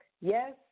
Yes